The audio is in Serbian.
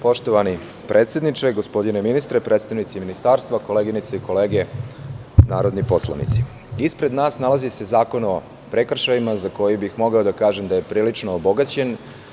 Poštovani predsedniče, gospodine ministre, predstavnici Ministarstva, koleginice i kolege narodni poslanici, ispred nas nalazi se zakon o prekršajima, za koji bih mogao da kažem da je prilično obogaćen.